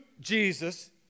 Jesus